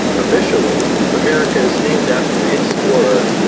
officially, america is named after the explorer,